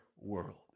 world